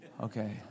Okay